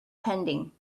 pending